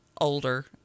Older